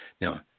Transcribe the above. Now